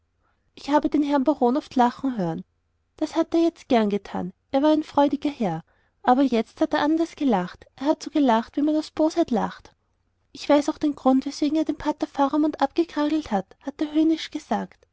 ich habe den herrn baron oft lachen hören das hat er gern getan und war ein freudiger herr aber jetzt hat er anders gelacht er hat so gelacht wie man aus bosheit lacht ich weiß auch den grund weswegen er den pater faramund abgekragelt hat hat er höhnisch gesagt